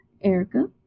Erica